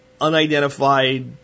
unidentified